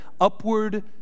upward